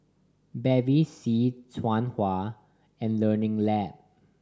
Bevy C Tahuna and Learning Lab